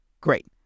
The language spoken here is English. Great